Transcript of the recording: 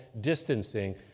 distancing